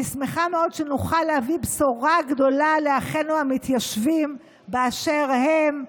אני שמחה מאוד שנוכל להביא בשורה גדולה לאחינו המתיישבים באשר הם,